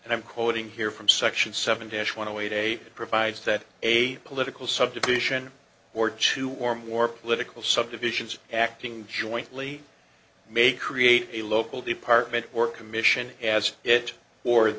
and i'm quoting here from section seven dash one away day provides that a political subdivision or two or more political subdivisions acting jointly may create a local department or commission as it or